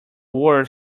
word